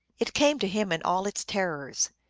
it came to him in all its terrors.